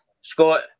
Scott